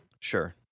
Sure